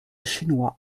chinois